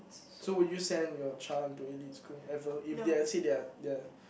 so would you send your child into elite school ever if they are let's say their their